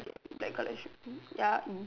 k black colour shoe ya